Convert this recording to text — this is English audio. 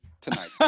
tonight